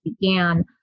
began